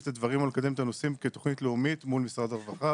את הדברים ולקדם את הנושאים כתוכנית לאומית מול משרד הרווחה,